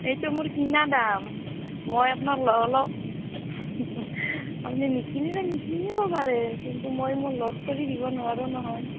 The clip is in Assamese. সেইটো মোৰ কিনা দাম মই আপোনাক লগালগ আপুনি নিকিনিলে নিকিনিব পাৰে কিন্তু মই মোৰ লছ কৰি দিব নোৱাৰোঁ নহয়